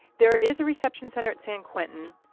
there is a reception center at san quentin,